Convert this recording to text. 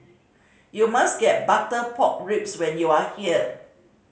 you must get butter pork ribs when you are here